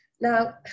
Now